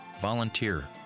volunteer